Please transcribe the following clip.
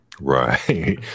Right